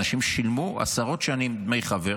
אנשים שילמו עשרות שנים דמי חבר,